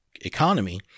economy